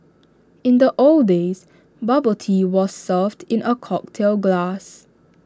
in the old days bubble tea was served in A cocktail glass